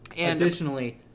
Additionally